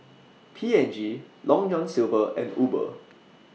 P and G Long John Silver and Uber